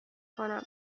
کنم